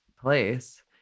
place